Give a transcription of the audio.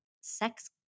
sex